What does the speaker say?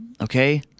Okay